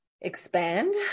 expand